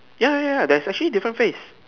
ya ya ya there are actually different phase